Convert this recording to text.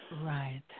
Right